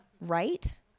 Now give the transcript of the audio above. Right